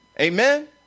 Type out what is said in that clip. Amen